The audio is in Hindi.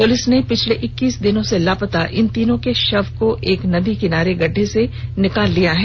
पुलिस ने पिछले इक्कीस दिनों से लापता इन तीनों के शव को एक नदी के किनारे गड्ढे से निकाल लिया है